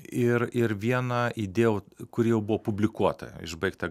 ir ir vieną idėjau kuri jau buvo publikuota išbaigta